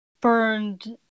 burned